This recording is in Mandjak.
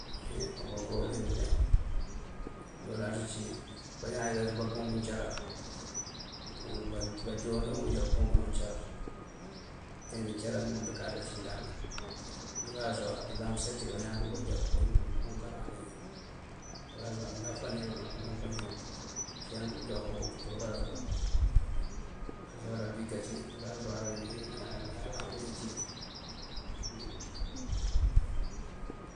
Oko ká koowí uleempëna wí undoonaţ cí bañaan yëlat bampunk uncalaŋ. Banjon ndoo bunjá bupukëna uncalaŋ te ngëcalaŋ ngëmënţ kata cí ndank. Ngërasuwar ngëlaset yí bañaan dunkoŋ já bumpukar leegi. Ngërazuwar anáfánir mak, anáfánir. Uncí yank bunjuwaak kënţú urazuwar. Urazuwar abík ací angëlam ngi cí.